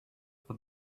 for